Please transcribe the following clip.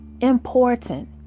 important